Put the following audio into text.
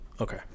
Okay